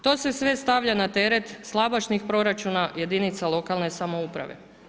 To se sve stavlja na teret slabašnih proračuna jedinica lokalne samouprave.